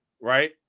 right